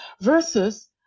versus